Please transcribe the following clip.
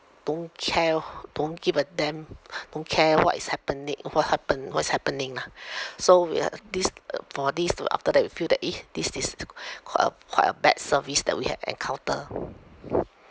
don't care don't give a damn don't care what is happening what happen what is happening lah so we are this uh for this to after that we feel that eh this is quite a quite a bad service that we had encounter